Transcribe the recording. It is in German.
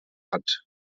hat